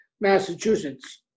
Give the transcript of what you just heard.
Massachusetts